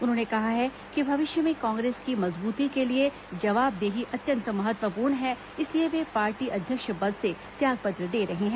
उन्होंने कहा है कि भविष्य में कांग्रेस की मजबूती के लिए जवाबदेही अत्यंत महत्वपूर्ण है इसीलिए वे पार्टी अध्यक्ष पद से त्याग पत्र दे रहे हैं